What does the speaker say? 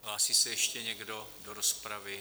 Hlásí se ještě někdo do rozpravy?